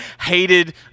hated